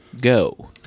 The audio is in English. go